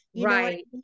right